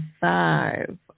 five